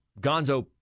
Gonzo